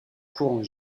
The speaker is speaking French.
courant